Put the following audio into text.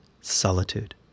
Solitude